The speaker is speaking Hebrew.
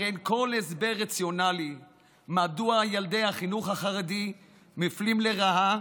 הרי אין כל הסבר רציונלי מדוע ילדי החינוך החרדי מופלים לרעה